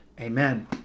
Amen